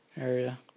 area